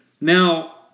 Now